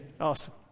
Awesome